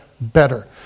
better